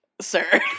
sir